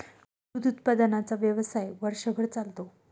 दूध उत्पादनाचा व्यवसाय वर्षभर चालतो